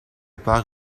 bas